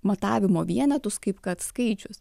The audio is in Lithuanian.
matavimo vienetus kaip kad skaičius